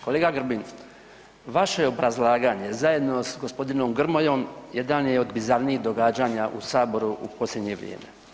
Kolega Grbin, vaše obrazlaganje zajedno sa gospodinom Grmojom jedan je od bizarnijih događanja u saboru u posljednje vrijeme.